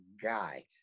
guy